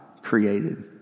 created